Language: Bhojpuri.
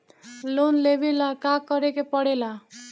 लोन लेबे ला का करे के पड़े ला?